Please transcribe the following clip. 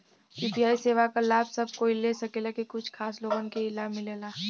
UPI सेवा क लाभ सब कोई ले सकेला की कुछ खास लोगन के ई लाभ मिलेला?